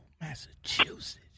Massachusetts